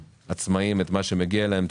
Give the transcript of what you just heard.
לעצמאים את מה שמגיע להם.